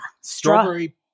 strawberry